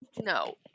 No